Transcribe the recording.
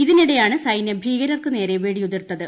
ഇതിനിടെയാണ് ഭീകരർക്കുനേരെ വെടിയുതിർത്തത്